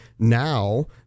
Now